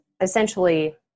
essentially